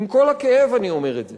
עם כל הכאב אני אומר את זה.